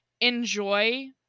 enjoy